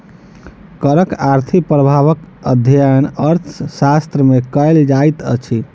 करक आर्थिक प्रभावक अध्ययन अर्थशास्त्र मे कयल जाइत अछि